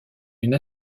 une